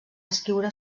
escriure